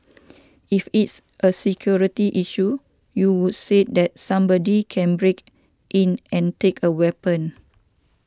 if it's a security issue you would say that somebody can break in and take a weapon